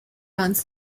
runs